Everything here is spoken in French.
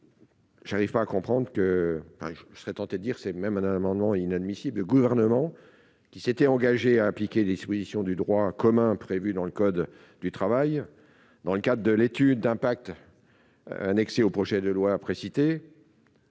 Je n'arrive pas à comprendre que je serais tenté de dire, c'est même un amendement inadmissible du gouvernement qui s'était engagé à appliquer des dispositions du droit commun prévue dans le code du travail, dans le cas de l'étude d'impact annexée au projet de loi précitée.